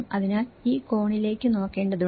അതിനാൽ ഈ കോണിലേക്ക് നോക്കേണ്ടതുണ്ട്